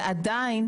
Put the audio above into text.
ועדיין,